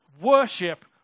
worship